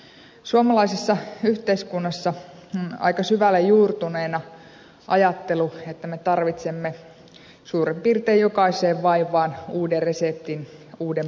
suomalaisessa yhteiskunnassa on aika syvälle juurtuneena ajattelu että me tarvitsemme suurin piirtein jokaiseen vaivaan uuden reseptin uuden pillerin